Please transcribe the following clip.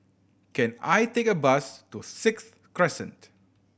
can I take a bus to Sixth Crescent